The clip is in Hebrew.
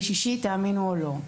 ותאמינו או לא,